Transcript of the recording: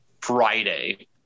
friday